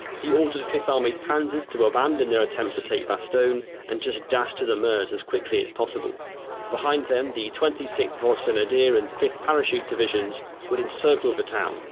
he ordered fifth armies panzers to abandon their attempts to take bastogne and just dash to the meuse as quickly as possible behind them the twenty sixth volksgrenadiers and fifth parachute divisions would encircle the town,